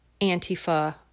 Antifa